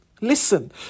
Listen